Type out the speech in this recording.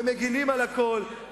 ומגינים על הכול,